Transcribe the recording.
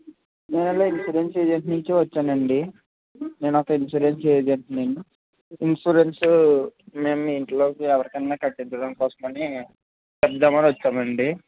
నేను insurance agency నుంచి వచ్చానండి నేను ఒక ఇన్స్యూరెన్స్ ఏజెంటుని ఇన్స్యూరెన్స్ నేను మీ ఇంట్లోకి ఎవరికన్నా కట్టించడం కోసమని ఉందేమో అని వచ్చామండి